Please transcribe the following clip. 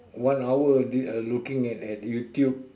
one hour uh looking at at YouTube